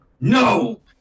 No